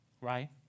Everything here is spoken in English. right